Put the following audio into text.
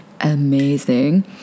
amazing